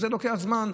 זה לוקח זמן,